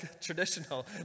traditional